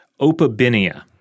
opabinia